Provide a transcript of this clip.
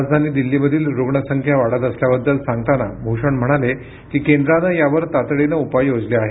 राजधानी दिल्लीमधील रुग्ण संख्या वाढत असल्याबद्दल सांगताना भूषण म्हणाले की केंद्रानं यावर तातडीनं उपाय योजले आहेत